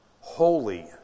holy